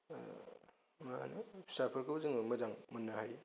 माहोनो फिसाफोरखौ जों मोजां मोननो हायो